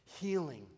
Healing